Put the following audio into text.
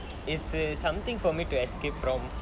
it says something for me to escape from